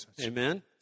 Amen